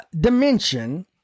dimension